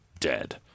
dead